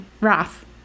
Roth